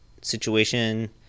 situation